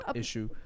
issue